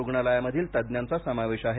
रुग्णालयामधील तज्ज्ञांचा समावेश आहे